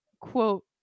quote